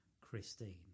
Christine